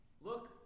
Look